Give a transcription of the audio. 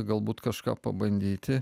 galbūt kažką pabandyti